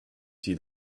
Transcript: see